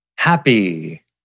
Happy